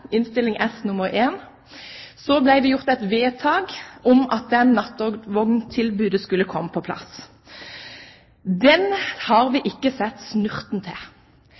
det gjort vedtak om at et nattvogntilbud skulle komme på plass. Den har vi ikke sett snurten